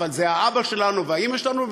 אבל זה האבא שלנו והאימא שלנו,